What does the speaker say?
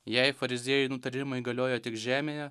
jei fariziejų nutarimai galioja tik žemėje